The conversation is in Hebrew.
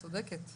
את צודקת.